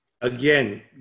Again